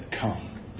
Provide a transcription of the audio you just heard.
come